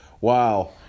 Wow